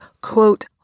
quote